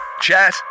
Chat